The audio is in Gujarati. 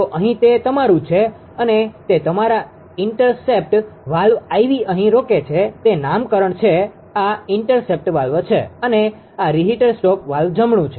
તો અહીં તે તમારું છે અને તે તમારા ઇન્ટરસેપ્ટ વાલ્વ IV અહીં રોકે છે તે નામકરણ છે આ ઇન્ટરસેપ્ટ વાલ્વ છે અને આ રીહિટર સ્ટોપ વાલ્વ જમણું છે